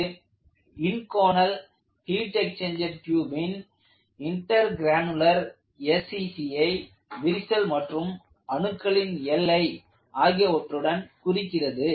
இது Inconel heat exchanger டூபின் intergranular SCC ஐ விரிசல் மற்றும் அணுக்களின் எல்லை ஆகியவற்றுடன் குறிக்கிறது